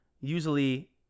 Usually